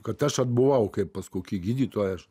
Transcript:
kad aš atbuvau kaip pas kokį gydytoją aš